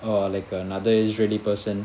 or like err another israeli person